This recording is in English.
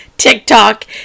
tiktok